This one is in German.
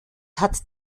hat